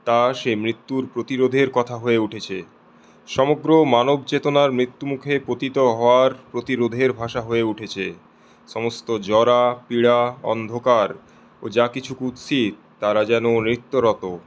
তাঁর সে মৃত্যুর প্রতিরোধের কথা হয়ে উঠেছে সমগ্র মানব চেতনার মৃত্যু মুখে পতিত হওয়ার প্রতিরোধের ভাষা হয়ে উঠেছে সমস্ত জ্বরা পীড়া অন্ধকার ও যা কিছু কুৎসিত তাঁরা যেন নৃত্যরত